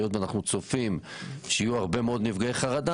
היות ואנחנו צופים שיהיו הרבה מאוד נפגעי חרדה,